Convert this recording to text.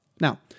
Now